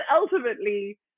ultimately